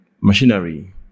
machinery